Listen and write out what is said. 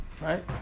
Right